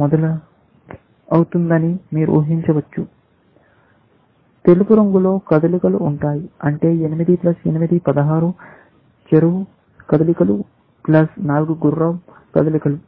మొదలవుతుందని మీరు ఉహించవచ్చు తెలుపు రంగులో కదలికలు ఉంటాయి అంటే 8 8 16 చెరువు కదలికలు 4 గుర్రం కదలికలు